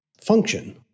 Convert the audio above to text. function